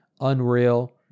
Unreal